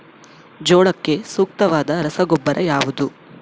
ಜೋಳಕ್ಕೆ ಸೂಕ್ತವಾದ ರಸಗೊಬ್ಬರ ಯಾವುದು?